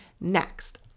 Next